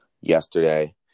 yesterday